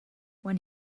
when